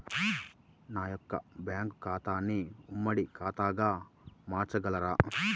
నా యొక్క బ్యాంకు ఖాతాని ఉమ్మడి ఖాతాగా మార్చగలరా?